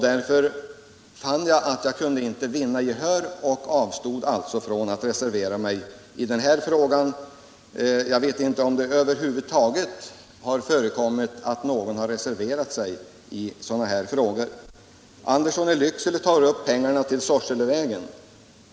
Jag fann att jag inte kunde vinna gehör för mina önskemål och avstod från att reservera mig i den här frågan. Jag vet inte om det över huvud taget förekommit att någon reserverat sig i sådana här frågor. Herr Andersson i Lycksele tar upp frågan om pengarna till Sorselevägen.